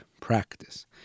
practice